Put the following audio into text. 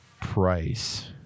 price